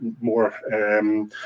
more